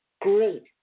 great